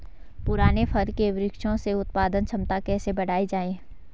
पुराने फल के वृक्षों से उत्पादन क्षमता कैसे बढ़ायी जाए?